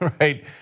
right